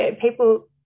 people